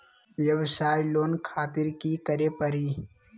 वयवसाय लोन खातिर की करे परी?